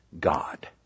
God